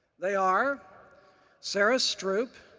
they are sarah stroup,